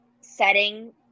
setting